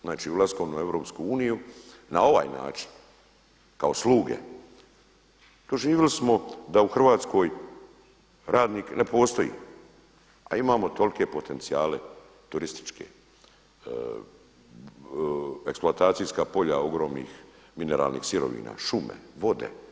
Znači ulaskom u EU na ovaj način kao sluge doživjeli smo da u Hrvatskoj radnik ne postoji, a imamo tolike potencijale turističke, eksploatacijska polja ogromnih miniranih sirovina, šume, vode.